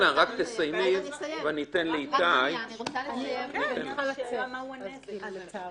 בשאלת הנזק אין יתרון מהותי לתובע.